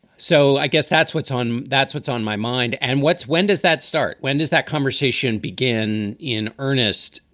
so i guess that's what's on that's what's on my mind. and what's when does that start? when does that conversation begin in earnest?